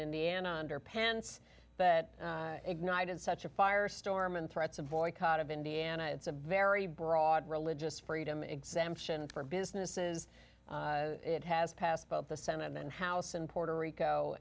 indiana underpants that ignited such a firestorm and threats of boycott of indiana it's a very broad religious freedom exemption for businesses it has passed by the senate and house in puerto rico